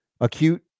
Acute